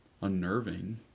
unnerving